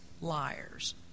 liars